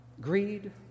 greed